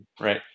right